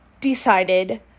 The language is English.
decided